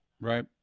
Right